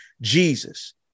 Jesus